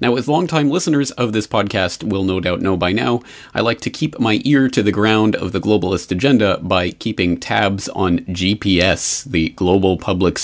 now with long time listeners of this podcast will no doubt know by now i like to keep my ear to the ground of the globalist agenda by keeping tabs on g p s the global public